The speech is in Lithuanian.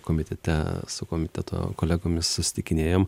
komitete su komiteto kolegomis susitikinėjom